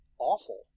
Awful